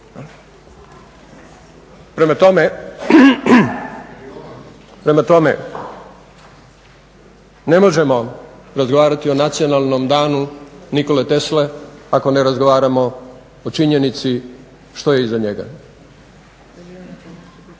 Prema tome, ne možemo razgovarati o nacionalnom danu Nikole Tesle ako ne razgovaramo o činjenici što je iza njega.